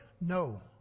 No